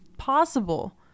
possible